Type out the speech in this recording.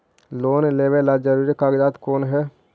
Loan लेब ला जरूरी कागजात कोन है?